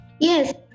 Yes